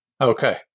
okay